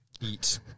Eat